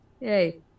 Hey